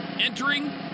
entering